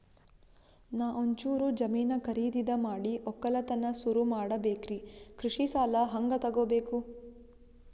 ನಾ ಒಂಚೂರು ಜಮೀನ ಖರೀದಿದ ಮಾಡಿ ಒಕ್ಕಲತನ ಸುರು ಮಾಡ ಬೇಕ್ರಿ, ಕೃಷಿ ಸಾಲ ಹಂಗ ತೊಗೊಬೇಕು?